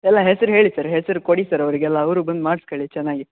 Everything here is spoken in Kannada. ಎಲ್ಲ ಹೆಸ್ರು ಹೇಳಿ ಸರ್ ಹೆಸ್ರು ಕೊಡಿ ಸರ್ ಅವರಿಗೆಲ್ಲ ಅವರು ಬಂದು ಮಾಡ್ಸ್ಕೊಳ್ಳಿ ಚೆನ್ನಾಗಿ